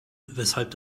weshalb